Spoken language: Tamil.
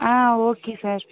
ah okay sir